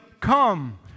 come